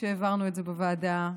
כשהעברנו את זה בוועדה,